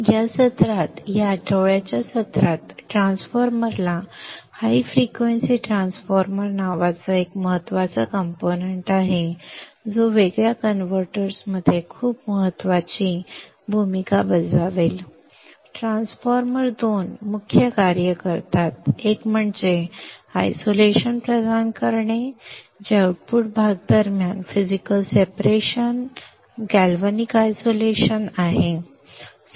या सत्रात या आठवड्याच्या सत्रात ट्रान्सफॉर्मरला हाय फ्रिक्वेंसी ट्रान्सफॉर्मर नावाचा एक महत्त्वाचा कंपोनेंट्स आहे जो वेगळ्या कन्व्हर्टर्समध्ये खूप महत्त्वाची भूमिका बजावेल ट्रान्सफॉर्मर 2 मुख्य कार्ये करतात एक म्हणजे आयसोलेशन प्रदान करणे जे आउटपुट भाग दरम्यान फिजिकल सेपरेशन गॅल्व्हॅनिक आयसोलेशन आहे